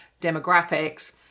demographics